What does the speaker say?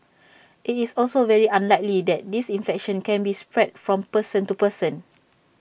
IT is also very unlikely that this infection can be spread from person to person